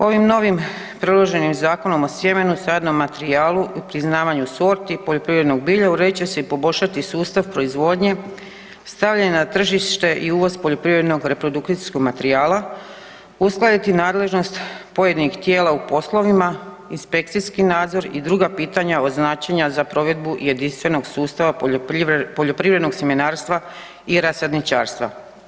Ovim novim predloženim Zakonom o sjemenu i sadnom materijalu i priznavanju sorti poljoprivrednog bilja uredit će se i poboljšati sustav proizvodnje, stavljanje na tržište i uvoz poljoprivrednog reprodukcijskog materijala, uskladiti nadležnost pojedinih tijela u poslovima, inspekcijski nadzor i druga pitanja od značenja za provedbu jedinstvenog sustava poljoprivrednog sjemenarstva i rasadničarstva.